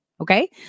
Okay